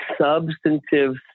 substantive